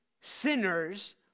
sinners